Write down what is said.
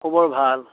খবৰ ভাল